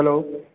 hello